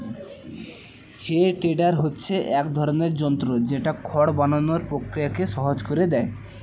হে tedder হচ্ছে এক ধরনের যন্ত্র যেটা খড় বানানোর প্রক্রিয়াকে সহজ করে দেয়